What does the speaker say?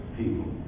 people